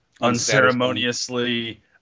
unceremoniously